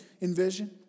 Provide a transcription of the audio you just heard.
envision